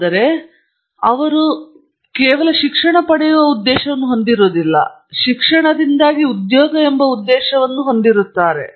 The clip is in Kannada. ಆದ್ದರಿಂದ ಅವರು ಶಿಕ್ಷಣಕ್ಕಾಗಿ ಉದ್ದೇಶವನ್ನು ಹೊಂದಿಲ್ಲ ಎಂದು ಅವರು ಹೇಳುತ್ತಾರೆ